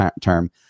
term